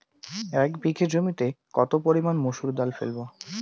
এক বিঘে জমিতে কত পরিমান মুসুর ডাল ফেলবো?